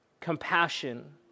compassion